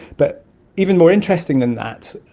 but even more interesting than that,